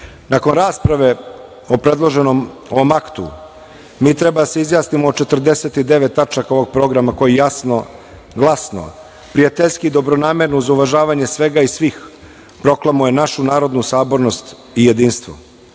rasprave o predloženom ovom aktu mi treba da se izjasnimo o 49 tačaka ovog programa, koji jasno, glasno, prijateljski, dobronamerno, uz uvažavanje svega i svih, proklamuje našu narodnu sabornost i jedinstvo. Svesrpski